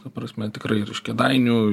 ta prasme tikrai ir iš kėdainių